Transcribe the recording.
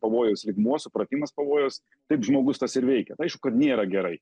pavojaus lygmuo supratimas pavojaus taip žmogus tas ir veikia tai aišku kad nėra gerai